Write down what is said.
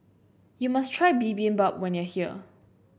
you must try Bibimbap when you are here